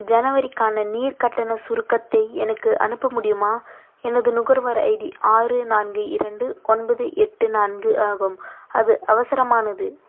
ஜனவரிக்கான நீர் கட்டணச் சுருக்கத்தை எனக்கு அனுப்ப முடியுமா எனது நுகர்வோர் ஐடி ஆறு நான்கு இரண்டு ஒன்பது எட்டு நான்கு ஆகும் அது அவசரமானது